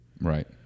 Right